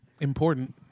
important